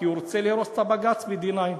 כי הוא רוצה להרוס את הבג"ץ ב-9D.